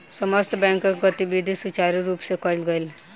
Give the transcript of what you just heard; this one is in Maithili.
समस्त बैंकक गतिविधि सुचारु रूप सँ कयल गेल